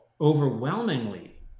overwhelmingly